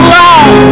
love